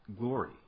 glory